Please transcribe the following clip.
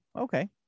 okay